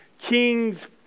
Kings